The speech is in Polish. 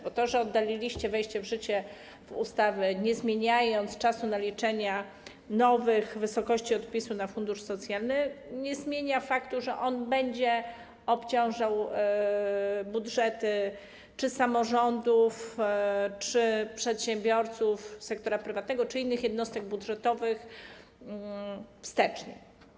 Bo to, że odłożyliście wejście w życie ustawy, nie zmieniając czasu naliczania w nowych wysokościach odpisu na fundusz socjalny, nie zmienia faktu, że to będzie obciążało budżety czy samorządów, czy przedsiębiorców sektora prywatnego, czy innych jednostek budżetowych wstecznie.